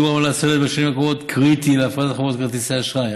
שיעור העמלה הצולבת בשנים הקרובות קריטי להפרדת חברות כרטיסי האשראי.